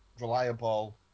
reliable